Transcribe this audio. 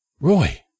Roy